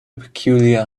peculiar